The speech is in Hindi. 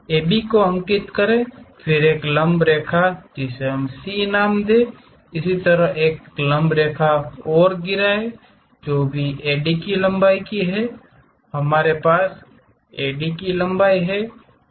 AB को अंकित करे एक लंब रेखा को C नाम दें इसी तरह एक लंब रेखा को गिराएं जो भी AD की लंबाई है हमारे पास समान AD की लंबाई है